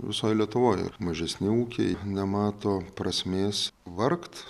visoj lietuvoj ir mažesni ūkiai nemato prasmės vargt